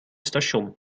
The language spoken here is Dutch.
station